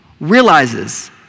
realizes